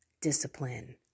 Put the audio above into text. discipline